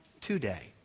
today